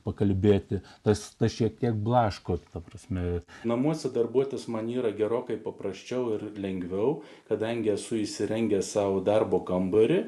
pakalbėti tas tas šiek tiek blaško ta prasme namuose darbuotis man yra gerokai paprasčiau ir lengviau kadangi esu įsirengęs sau darbo kambarį